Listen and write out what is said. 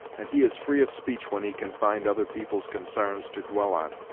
and he is free of speech when he can find other people's consarns to dwell on.